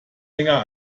länger